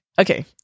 Okay